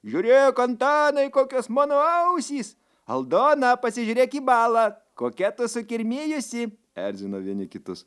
žiūrėk antanai kokios mano ausys aldona pasižiūrėk į balą kokia tu sukirmijusi erzino vieni kitus